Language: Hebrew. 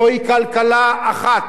זוהי כלכלה אחת,